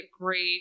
great